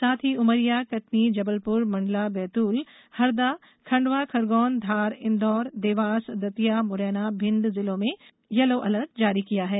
साथ ही उमरिया कटनी जबलपुर मंडला बैतूल हरदा खंडवा खरगौन धार इंदौर देवास दतिया मुरैना भिण्ड जिलों में एलो अलर्ट जारी किया है